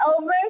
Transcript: over